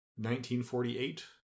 1948